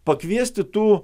pakviesti tų